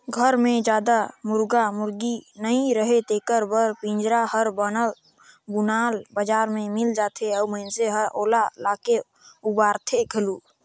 घर मे जादा मुरगा मुरगी नइ रहें तेखर बर पिंजरा हर बनल बुनाल बजार में मिल जाथे अउ मइनसे ह ओला लाके बउरथे घलो